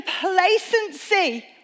complacency